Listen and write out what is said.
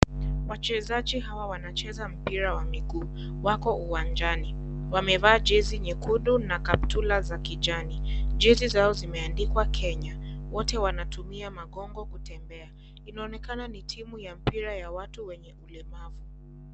Wachezaji hawa wanacheza mpira wa miguu, wako uwanajani, wamevaa jezi nyekundu na kaptura za kijani, jezi zao zimeandikwa Kenya, wote wanatumia magongo kutembea, inaonekana ni timu ya mpira ya watu wenye ulemavu.